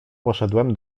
poszedłem